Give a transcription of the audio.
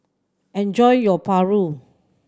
enjoy your paru